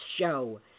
show